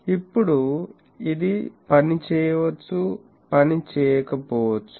ఇప్పుడు ఇది పని చేయవచ్చు పనిచేయకపోవచ్చు